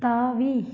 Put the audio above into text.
தாவி